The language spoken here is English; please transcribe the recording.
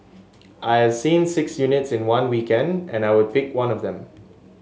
I have seen six units in one weekend and I would pick one of them